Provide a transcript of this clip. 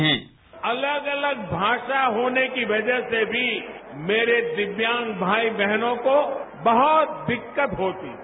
bite अलग अलग भाषा होने की वजह से भी मेरे दिव्यांग भाई बहनों को बहुत दिक्कत होती है